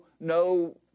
no